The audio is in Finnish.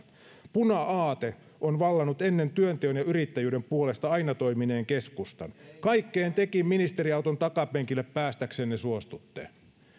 puna aate on vallannut ennen työnteon ja yrittäjyyden puolesta aina toimineen keskustan kaikkeen tekin ministeriauton takapenkille päästäksenne suostutte